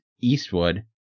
Eastwood